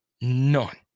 None